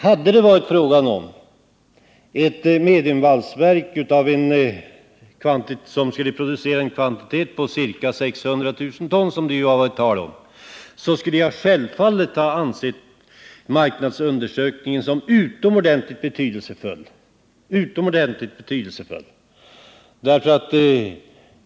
Hade det varit fråga om ett mediumvalsverk som skulle producera ca 600 000 ton, vilket det ju har varit tal om, skulle jag självfallet ha ansett marknadsundersökningen som utomordentligt betydelsefull.